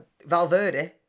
Valverde